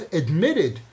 admitted